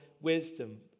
wisdom